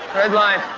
red line.